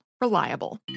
reliable